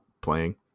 playing